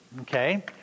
okay